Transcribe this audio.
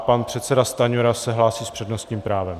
Pan předseda Stanjura se hlásí s přednostním právem.